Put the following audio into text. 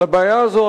אבל הבעיה הזאת,